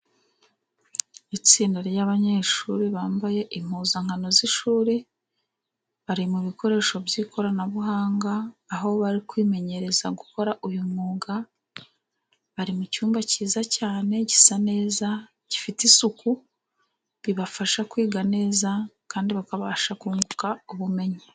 Itsinda ry'abanyeshuri bambaye impuzankano z'ishuri, bari mu bikoresho by'ikoranabuhanga, aho bari kwimenyereza gukora uyu mwuga, bari mu cyumba cyiza cyane gisa neza, gifite isuku, bibafasha kwiga neza, kandi bakabasha kunguka ubumenyi.